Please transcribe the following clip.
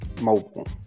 mobile